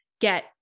get